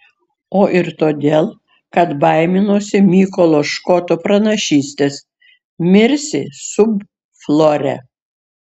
o ir todėl kad baiminosi mykolo škoto pranašystės mirsi sub flore